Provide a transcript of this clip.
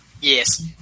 Yes